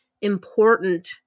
important